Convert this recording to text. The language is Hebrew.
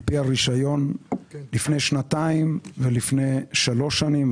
על פי הרישיון לפני שנתיים ולפני שלוש שנים.